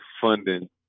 funding